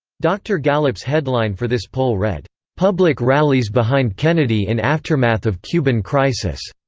dr. gallup's headline for this poll read, public rallies behind kennedy in aftermath of cuban crisis.